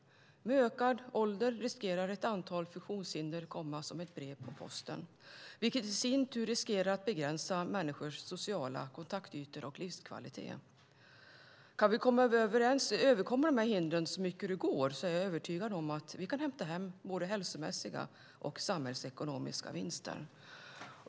Med ökad ålder riskerar ett och annat funktionshinder att komma som ett brev på posten, vilket i sin tur riskerar att begränsa människors sociala kontaktytor och livskvalitet. Kan vi överkomma hindren så mycket det går är jag övertygad om att vi kan hämta hem både hälsomässiga och samhällsekonomiska vinster.